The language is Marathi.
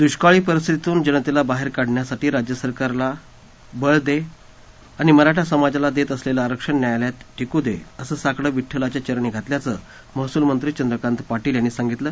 दुष्काळी परिस्थितीतून जनतेला बाहेर काढण्यासाठी राज्य शासनाला बळ दे आणि मराठा समाजाला देत असलेलं आरक्षण न्यायालयात टिकू दे असं साकडं विड्डलाच्या चरणी घातल्याचं महसूल मंत्री चंद्रकांत पाटील यांनी सांगितलं